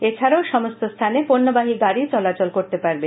এছাডাও সমস্ত স্হানে পণ্যবাহী গাডি চলাচল করতে পারবে